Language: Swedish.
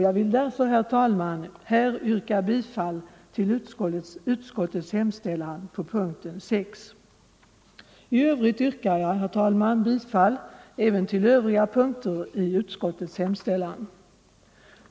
Jag vill därför, herr talman, yrka bifall till utskottets hemställan under punkten 6. Jag yrkar, herr talman, bifall även till övriga punkter i utskottets hemställan.